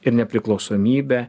ir nepriklausomybę